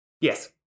Yes